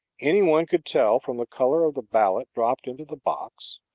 any one could tell from the color of the ballot dropped into the box,